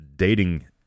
Dating